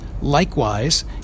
Likewise